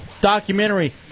documentary